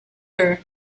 her